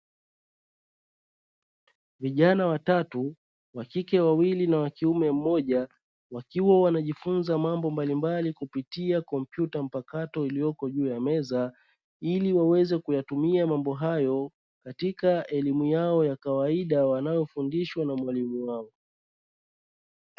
Vijana watatu, wa kike wawili na wa kiume mmoja, wakiwa wanajifunza mambo mbalimbali kupitia kompyuta mpakato iliyoko juu ya meza, ili waweze kuyatumia mambo hayo katika elimu yao ya kawaida wanayofundishwa na mwalimu wao.